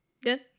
Good